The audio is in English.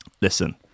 listen